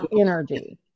energy